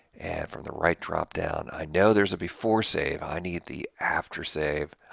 and from the right drop-down, i know there's a beforesave, i need the aftersave.